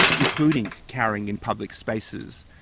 including carrying in public spaces,